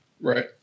Right